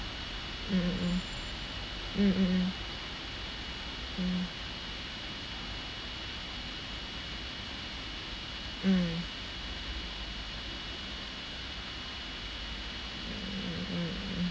mm mm mm mm mm mm mm mm mm